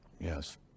Yes